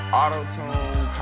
auto-tune